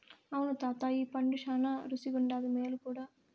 అవును తాతా ఈ పండు శానా రుసిగుండాది, మేలు కూడా